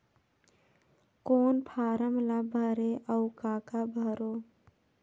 कौन फारम ला भरो और काका भरो?